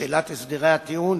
שאלת הסדרי הטיעון